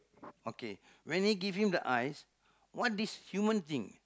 okay when he give him the eyes what this human think